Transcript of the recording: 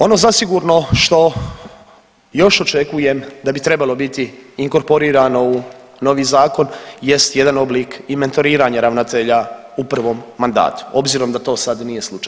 Ono zasigurno što još očekujem da bi trebalo biti inkorporirano u novi zakon jest jedan oblik i mentoriranja ravnatelja u prvom mandatu obzirom da to sada nije slučaj.